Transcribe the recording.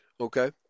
okay